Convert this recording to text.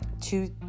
two